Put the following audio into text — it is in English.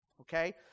Okay